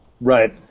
Right